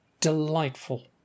delightful